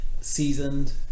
seasoned